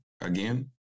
again